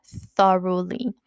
thoroughly